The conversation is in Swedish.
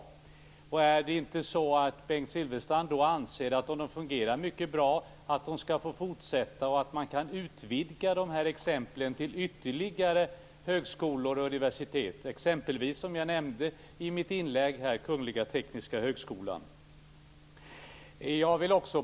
Om det nu är så att han anser att de fungerar mycket bra, anser han då inte att de skall få fortsätta och att man kan utvidga de här exemplen till ytterligare högskolor och universitet? Det kan gälla exempelvis Kungliga Tekniska Högskolan, som jag nämnde i mitt inlägg.